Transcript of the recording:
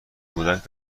کودک